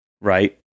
right